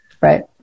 Right